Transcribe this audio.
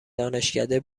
دانشکده